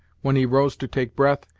when he rose to take breath,